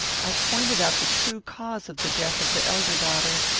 i pointed out the true cause of the death of the elder daughter,